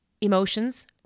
emotions